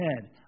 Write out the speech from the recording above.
head